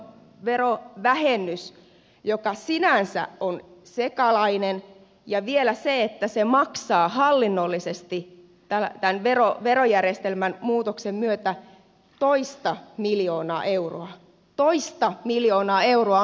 esitetty lapsiverovähennys joka on sinänsä sekava ja vielä maksaa hallinnollisesti tämän verojärjestelmän muutoksen myötä toista miljoonaa euroa toista miljoonaa euroa on kohtuuton